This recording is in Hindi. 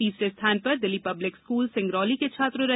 तीसरे स्थान पर दिल्ली पब्लिक स्कूल सिंगरौली के छात्र रहे